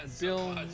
Bill